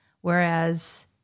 Whereas